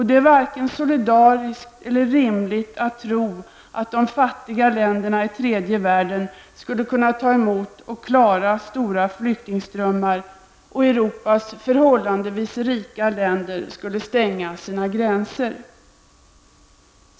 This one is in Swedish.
Det är varken solidariskt eller rimligt att tro att de fattiga länderna i tredje världen skulle kunna ta emot och klara stora flyktingströmmar om Europas förhållandevis rika länder skulle stänga sina gränser.